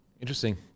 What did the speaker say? Interesting